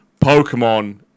Pokemon